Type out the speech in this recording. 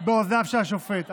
באוזניו של השופט.